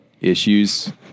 issues